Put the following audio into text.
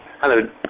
Hello